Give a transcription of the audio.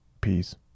Peace